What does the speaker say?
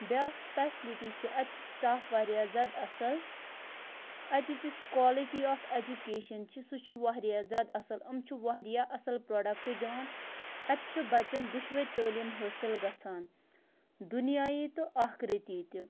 بیٛاکھ سٕپیشلِٹی چھُ اَتہِ چھِ سِٹاف واریاہ زیادٕ اَصٕل اَتِچ یُس کالٹی آف اٮ۪جوکیشَن چھِ سُہ چھُ واریاہ زیادٕ اَصٕل یِم چھِ واریاہ اَصٕل پرٛوڈَکٹہٕ دِوان اَتہِ چھِ بَچَن دُشوَے تعلیٖم حٲصِل گژھان دُنیاے تہٕ آخرٔتی تہِ